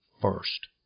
first